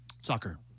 Soccer